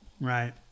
Right